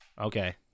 Okay